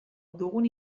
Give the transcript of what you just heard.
dugun